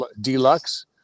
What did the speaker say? Deluxe